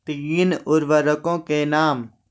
तीन उर्वरकों के नाम?